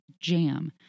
jam